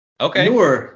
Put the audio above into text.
Okay